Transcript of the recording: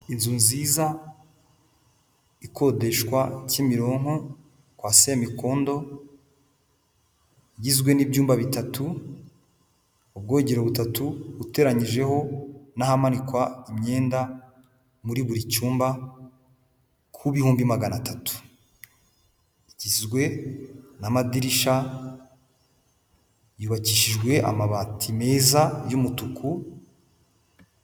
Inzu nziza ikodeshwa kimironko kwa semikondo igizwe n'ibyumba bitatu, ubwogero butatu uteranyijeho n'ahamanikwa imyenda muri buri cyumba nkibihumbi magana atatu igizwe n'amadirisha yubakishijwe amabati meza y'umutuku.